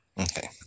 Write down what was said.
Okay